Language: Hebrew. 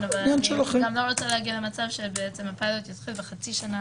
אני גם לא רוצה שהפילוט יתחיל בחצי שנה